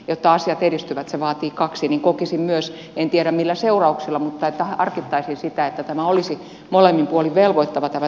jotta asiat edistyvät se vaatii kaksi niin kokisin myös en tiedä millä seurauksilla että harkittaisiin sitä että tämä tapaaminen olisi molemmin puolin velvoittava